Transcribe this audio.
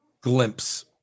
glimpse